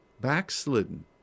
backslidden